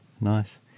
nice